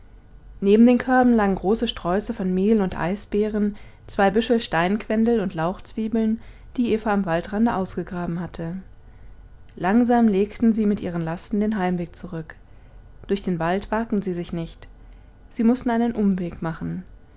neben den körben lagen große sträuße von mehl und eisbeeren zwei büschel steinquendel und lauchzwiebeln die eva am waldrande ausgegraben hatte langsam legten sie mit ihren lasten den heimweg zurück durch den wald wagten sie sich nicht sie mußten einen umweg machen